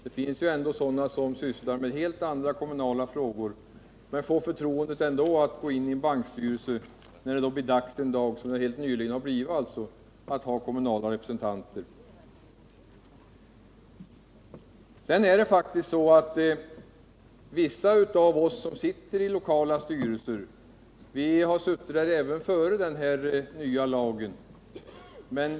Det finns personer som sysslar med helt andra kommunala frågor men ändå får förtroendet att gå in i en bankstyrelse, när det nu har blivit dags för kommunala representanter. Vissa av oss som sitter i en lokal bankstyrelse har suttit där även före den nya lagen.